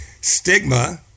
Stigma